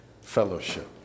fellowship